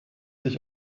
dich